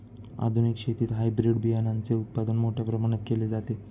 आधुनिक शेतीत हायब्रिड बियाणाचे उत्पादन मोठ्या प्रमाणात केले जाते